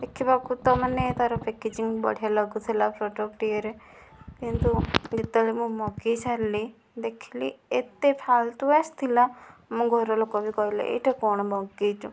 ଦେଖିବାକୁ ତ ମାନେ ତାର ପ୍ୟାକେଜିଙ୍ଗ ବଢ଼ିଆ ଲାଗୁଥିଲା ପ୍ରଡକ୍ଟ ଇଏରେ କିନ୍ତୁ ଯେତେବେଳେ ମୁଁ ମଗେଇ ସାରିଲି ଦେଖିଲି ଏତେ ଫାଲତୁ ଆସିଥିଲା ମୋ ଘର ଲୋକ ବି କହିଲେ ଏଇଟା କଣ ମଗେଇଛୁ